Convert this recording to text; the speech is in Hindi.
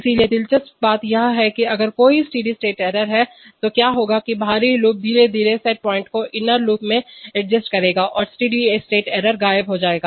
इसलिए दिलचस्प बात यह है कि अगर कोई स्टेडी स्टेट एरर है तो क्या होगा कि बाहरी लूप धीरे धीरे सेट पॉइंट को इनर लूप में समायोजित एडजस्ट करेगा और स्टेडी स्टेट एरर गायब हो जाएगी